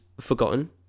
forgotten